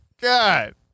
god